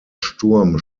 sturm